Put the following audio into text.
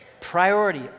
Priority